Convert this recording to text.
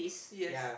yes